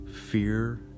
Fear